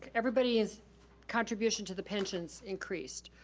everybody's contribution to the pensions increased,